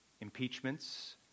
impeachments